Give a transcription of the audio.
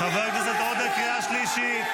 --- חבר הכנסת עודה, קריאה שלישית.